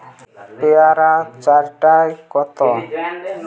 পেয়ারা চার টায় কত?